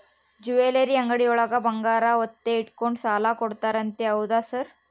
Jewellery ಅಂಗಡಿಯೊಳಗ ಬಂಗಾರ ಒತ್ತೆ ಇಟ್ಕೊಂಡು ಸಾಲ ಕೊಡ್ತಾರಂತೆ ಹೌದಾ ಸರ್?